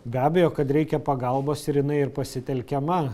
be abejo kad reikia pagalbos ir jinai ir pasitelkiama